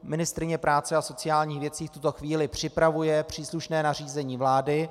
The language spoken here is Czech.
Ministryně práce a sociálních věcí v tuto chvíli připravuje příslušné nařízení vlády.